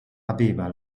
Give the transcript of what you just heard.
aveva